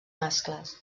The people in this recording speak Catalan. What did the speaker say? mascles